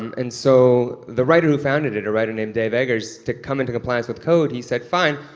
and so the writer who founded it, a writer named dave eggers, to come into compliance with code, he said, fine,